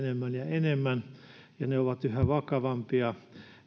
enemmän ja ne ovat yhä vakavampia